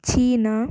China